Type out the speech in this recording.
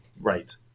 Right